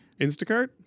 Instacart